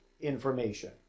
information